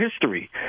history